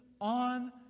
on